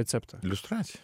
receptą liustracija